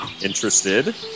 Interested